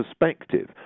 perspective